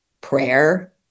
prayer